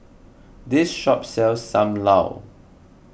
this shop sells Sam Lau